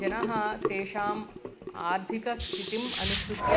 जनाः तेषाम् आर्थिकस्थितिम् अनुसृत्य